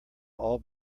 all